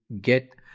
get